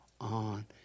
on